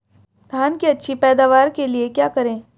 धान की अच्छी पैदावार के लिए क्या करें?